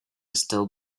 still